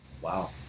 Wow